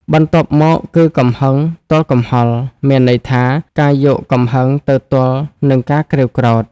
បន្ទាប់មកគឺ កំហឹងទល់កំហល់ មានន័យថា ការយកកំហឹងទៅទល់នឹងការក្រេវក្រោធ ។